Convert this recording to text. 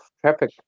traffic